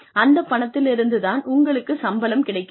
அந்த பணத்திலிருந்து தான் உங்களுக்கு சம்பளம் கிடைக்கிறது